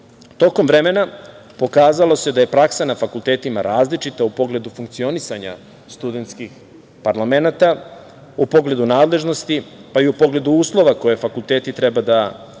tokom vremena pokazalo se da je praksa na fakultetima različita u pogledu funkcionisanja studentskih parlamenata, u pogledu nadležnosti, pa i u pogledu uslova koje fakulteti treba da obezbede